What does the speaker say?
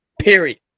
period